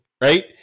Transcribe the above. right